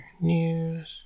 news